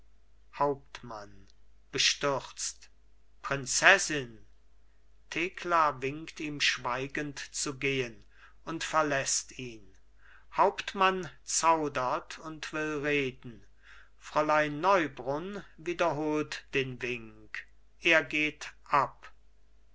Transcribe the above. hauptmann bestürzt prinzessin thekla winkt ihm schweigend zu gehen und verläßt ihn hauptmann zaudert und will reden fräulein neubrunn wiederholt den wink er geht ab